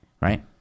right